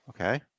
Okay